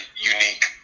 unique